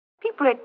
People